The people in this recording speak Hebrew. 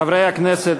חברי הכנסת,